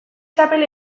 txapel